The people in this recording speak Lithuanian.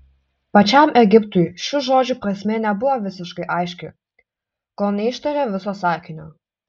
pačiam egiptui šių žodžių prasmė nebuvo visiškai aiški kol neištarė viso sakinio